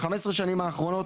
15 שנים האחרונות,